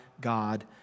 God